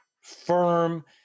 firm